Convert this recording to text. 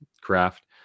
craft